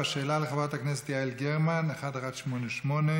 ושאלה לחברת הכנסת יעל גרמן, מס' 1188: